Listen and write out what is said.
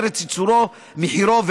ארץ ייצורו ומחירו,